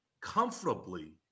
comfortably